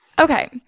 Okay